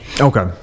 Okay